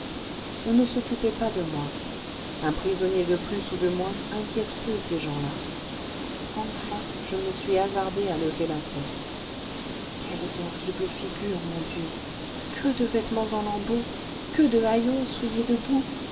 on ne s'occupait pas de moi un prisonnier de plus ou de moins inquiète peu ces gens-là enfin je me suis hasardé à lever la tête quelles horribles figures mon dieu que de vêtements en lambeaux que de haillons souillés de